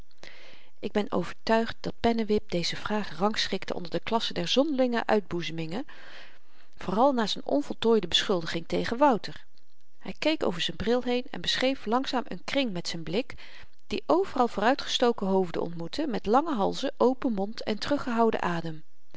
ik ben overtuigd dat pennewip deze vraag rangschikte onder de klasse der zonderlinge uitboezemingen vooral na z'n onvoltooide beschuldiging tegen wouter hy keek over z'n bril heen en beschreef langzaam n kring met z'n blik die overal vooruitgestoken hoofden ontmoette met lange halzen open mond en teruggehouden adem